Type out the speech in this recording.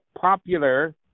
popular